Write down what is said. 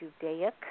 Judaic